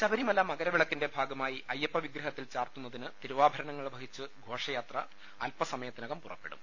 ശബരിമല് മകരവിളക്കിന്റെ ഭാഗമായി അയ്യപ്പവിഗ്രഹത്തിൽ ചാർത്തുന്നതിന് തിരുവാഭരണങ്ങൾ വഹിച്ചു ഘോഷയാത്ര ഇന്ന് പുറപ്പെടും